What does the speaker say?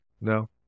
No